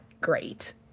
great